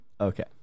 Okay